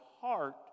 heart